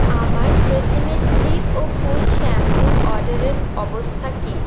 আমার TRESemmé thick ও full শ্যাম্পুর অর্ডারের অবস্থা কি